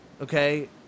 okay